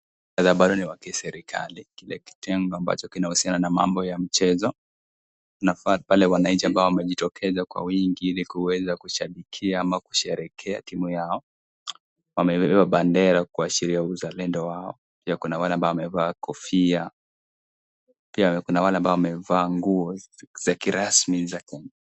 Muktadha bado ni wa kiserikali, kile kitengo ambacho kinahusiana na mambo ya michezo. Tunafaa pale wananchi ambao wamejitokeza kwa wingi ili kuweza kushabikia ama kusherehekea timu yao. Wamebeba bendera kuashiria uzalendo wao. Pia kuna wale ambao wamevaa kofia. Pia kuna wale ambao wamevaa nguo za kirasmi za Kenya.